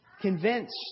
Convinced